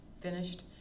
finished